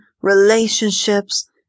relationships